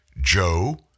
Joe